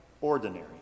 ordinary